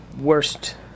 Worst